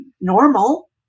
normal